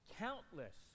Countless